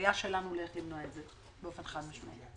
מהראייה שלנו איך למנוע את זה באופן חד משמעי.